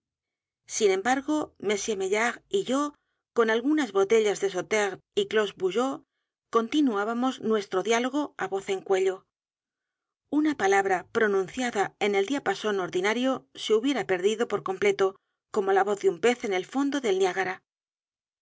sin embargo m maillard y yo con algunas botellas de sauterne y clos vougeot continuábamos nuestro diálogo á voz en cuello una palabra pronunciada en el diapasón ordinario se hubiera perdido por completo como la voz de un pez en el fondodel niágara